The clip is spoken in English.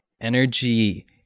energy